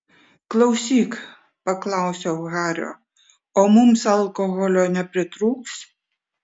klausyk paklausiau hario o mums alkoholio nepritrūks